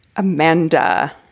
Amanda